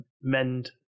mend